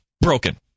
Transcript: broken